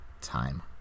time